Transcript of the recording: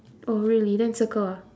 oh really then circle ah